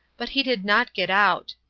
but he did not get out.